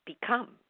become